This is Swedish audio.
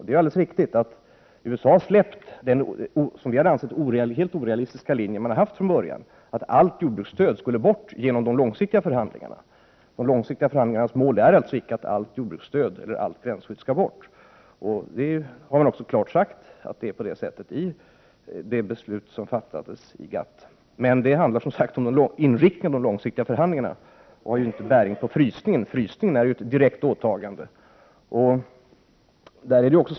Det är alldeles riktigt att USA har släppt den, som vi anser, helt orealistiska linje som man från början gått på, dvs. att allt jordbruksstöd skulle bort genom de långsiktiga förhandlingarna. Målet med de långsiktiga förhandlingarna är alltså icke att allt jordbruksstöd eller allt gränsskydd skall bort. Det har också klart sagts i det beslut som fattades i GATT. Det handlar om inriktningen av de långsiktiga förhandlingarna, och det har inte bäring på frysningen, som är ett direkt åtagande.